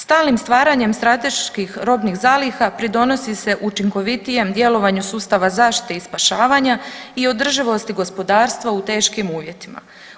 Stalnim stvaranjem strateških robnih zaliha, pridonosi se učinkovitijem djelovanju sustava zaštite i spašavanja i održivosti gospodarstva u teškim uvjetima.